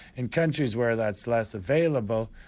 in countries where that's less available,